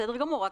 בסדר גמור.